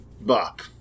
Bop